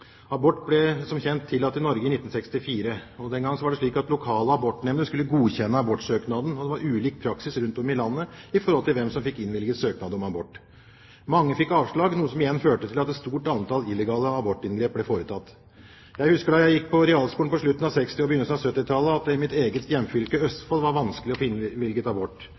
Abort ble, som kjent, tillatt i Norge i 1964. Den gang var det slik at lokale abortnemnder skulle godkjenne abortsøknaden, og det var ulik praksis rundt om i landet med hensyn til hvem som fikk innvilget søknad om abort. Mange fikk avslag, noe som igjen førte til at et stort antall illegale abortinngrep ble foretatt. Jeg husker at det da jeg gikk på realskolen på slutten av 1960-tallet og begynnelsen av 1970-tallet, i mitt eget hjemfylke, Østfold, var vanskelig å få innvilget abort.